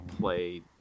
play